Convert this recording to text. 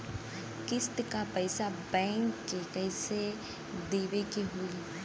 किस्त क पैसा बैंक के कइसे देवे के होई?